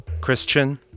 Christian